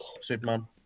Superman